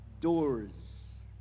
doors